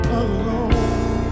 alone